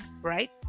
right